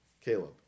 Caleb